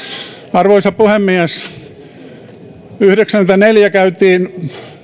arvoisa puhemies vuonna yhdeksänkymmentäneljä käytiin